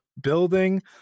Building